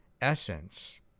essence